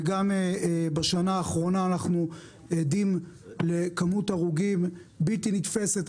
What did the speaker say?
וגם בשנה האחרונה אנחנו עדים לכמות הרוגים בלתי נתפסת.